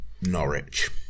Norwich